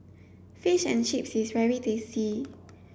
fish and chips is very tasty